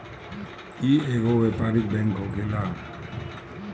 इ एगो व्यापारिक बैंक होखेला